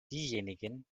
diejenigen